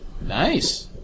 Nice